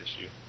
issue